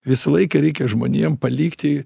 visą laiką reikia žmonėm palikti